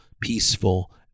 peaceful